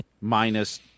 minus